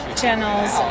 channels